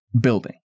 building